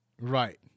Right